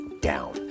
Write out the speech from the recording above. down